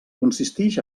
consistix